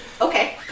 Okay